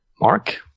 Mark